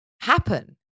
happen